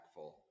impactful